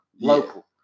local